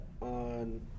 on